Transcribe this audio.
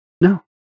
no